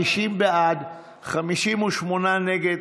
חבר הכנסת בן ברק,